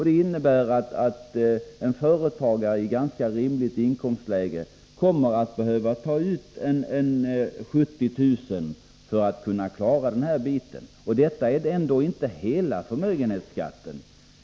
Det innebär att en företagare i ganska rimligt inkomstläge kommer att behöva ta ut ca 70 000 kr. för att klara den här biten. Och detta är ändå inte hela förmögenhetsskatten.